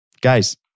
Guys